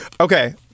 Okay